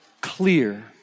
clear